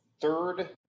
third